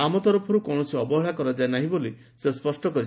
ଆମ ତରଫର୍ କୌଶସି ଅବହେଳା କରାଯାଇ ନାହି ବୋଲି ସେ ସ୍ୱଷ୍ଟ କରିଛନ୍ତି